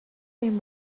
این